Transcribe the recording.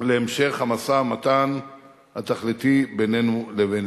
להמשך המשא-ומתן התכליתי בינינו לבינם.